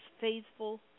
faithful